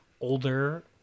older